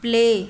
play